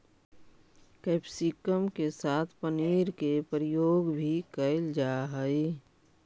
capsicum के साथ पनीर के प्रयोग भी कैल जा हइ